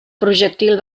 projectil